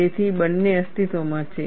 તેથી બંને અસ્તિત્વમાં છે